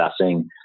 assessing